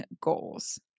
goals